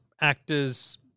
actors